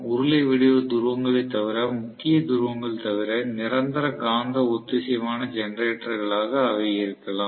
உருளை வடிவ துருவங்களைத் தவிர முக்கிய துருவங்கள் தவிர நிரந்தர காந்த ஒத்திசைவான ஜெனரேட்டர்களாக அவை இருக்கலாம்